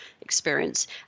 experience